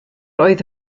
oedd